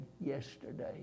yesterday